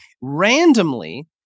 randomly